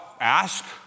ask